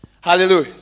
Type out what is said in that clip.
Hallelujah